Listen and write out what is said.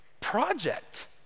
project